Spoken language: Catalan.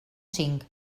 cinc